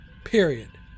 period